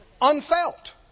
Unfelt